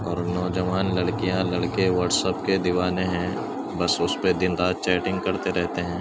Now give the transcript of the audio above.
اور نوجوان لڑکیاں لڑکے واٹسپ کے دیوانے ہیں بس اُس پہ دِن رات چیٹنگ کرتے رہتے ہیں